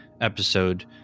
episode